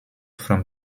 from